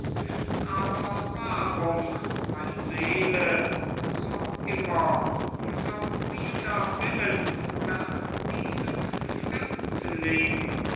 aber warum meine seele so immer so wider willen nach diesem fremdling